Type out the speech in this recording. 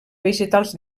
vegetals